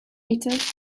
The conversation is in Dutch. mythe